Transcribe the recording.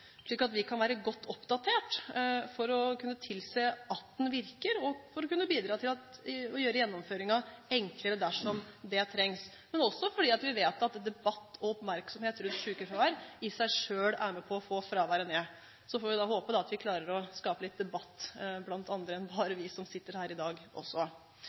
slik at vi kan være godt oppdatert – for å kunne tilse at det virker, og for å kunne bidra til å gjøre gjennomføringen enklere dersom det trengs, men også fordi vi vet at debatt og oppmerksomhet rundt sykefravær i seg selv er med på å få fraværet ned. Så får vi håpe at vi klarer å skape litt debatt blant andre enn bare oss som sitter her i dag, også.